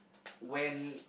when